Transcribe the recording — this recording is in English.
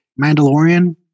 Mandalorian